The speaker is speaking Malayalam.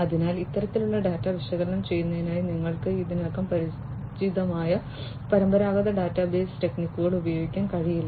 അതിനാൽ ഇത്തരത്തിലുള്ള ഡാറ്റ വിശകലനം ചെയ്യുന്നതിനായി നിങ്ങൾക്ക് ഇതിനകം പരിചിതമായ പരമ്പരാഗത ഡാറ്റാബേസ് ടെക്നിക്കുകൾ ഉപയോഗിക്കാൻ കഴിയില്ല